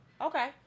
Okay